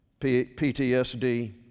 PTSD